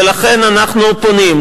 ולכן אנחנו פונים,